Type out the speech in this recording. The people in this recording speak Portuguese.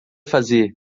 fazer